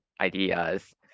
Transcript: ideas